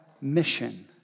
mission